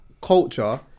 culture